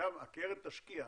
הקרן תשקיע.